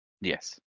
Yes